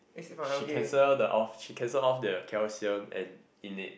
she cancel the off she cancel off the calcium and innate